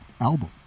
album